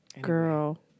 girl